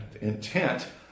intent